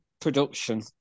production